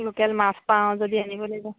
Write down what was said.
local মাছ পাওঁ যদি আনিব লাগিব